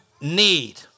need